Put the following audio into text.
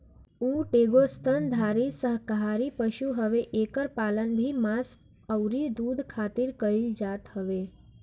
ऊँट एगो स्तनधारी शाकाहारी पशु हवे एकर पालन भी मांस अउरी दूध खारित कईल जात हवे